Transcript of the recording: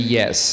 yes